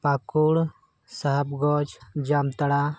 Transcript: Pakur Sahebganj Jamtara